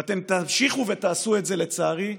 ואתם תמשיכו ותעשו את זה, לצערי,